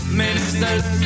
ministers